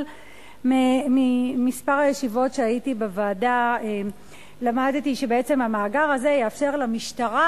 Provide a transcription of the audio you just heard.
אבל מכמה ישיבות שהייתי בוועדה למדתי שבעצם המאגר הזה יאפשר למשטרה